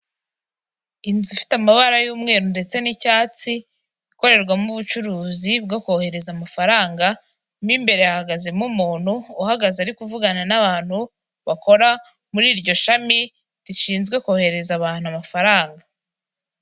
Inzu ifite amabara yumweru ndetse n'cyatsi, ikorerwamo ubucuruzi bwo kohereza amafaranga m'imbere hahagazemo umuntu uhagaze ari kuvugana n'abantu bakora muri iryo shami rishinzwe kohereza abantu amafaranga.